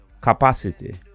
capacity